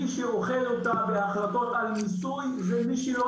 מי שאוכל אותה בהחלטות על מיסוי ומי שלא